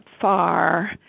far